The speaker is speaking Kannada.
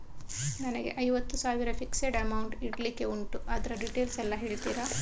ನನಗೆ ಐವತ್ತು ಸಾವಿರ ಫಿಕ್ಸೆಡ್ ಅಮೌಂಟ್ ಇಡ್ಲಿಕ್ಕೆ ಉಂಟು ಅದ್ರ ಡೀಟೇಲ್ಸ್ ಎಲ್ಲಾ ಹೇಳ್ತೀರಾ?